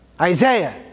Isaiah